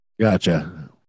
Gotcha